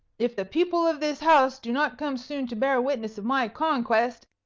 if the people of this house do not come soon to bear witness of my conquest,